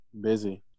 busy